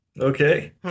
Okay